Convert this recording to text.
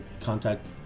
contact